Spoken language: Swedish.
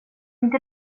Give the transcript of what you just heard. inte